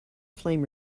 flame